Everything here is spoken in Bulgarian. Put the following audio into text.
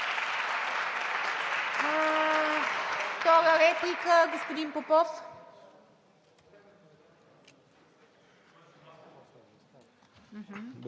Втора реплика, господин Попов.